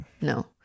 No